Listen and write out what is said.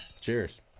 cheers